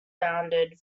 bounded